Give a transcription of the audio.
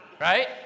Right